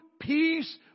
peace